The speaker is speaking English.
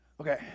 Okay